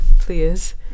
please